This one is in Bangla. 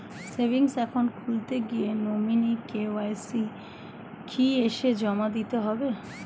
সেভিংস একাউন্ট খুলতে গিয়ে নমিনি কে.ওয়াই.সি কি এসে জমা দিতে হবে?